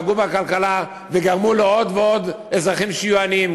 פגעו בכלכלה וגרמו לעוד ועוד אזרחים להיות עניים,